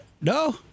No